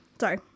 sorry